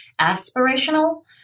aspirational